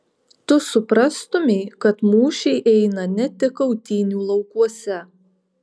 tu suprastumei kad mūšiai eina ne tik kautynių laukuose